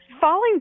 Falling